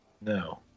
No